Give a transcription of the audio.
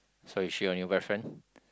so is she or your boyfriend